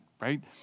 right